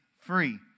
free